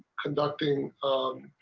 conducting